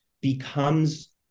becomes